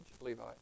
Levi